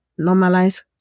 Normalize